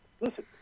Listen